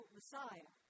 Messiah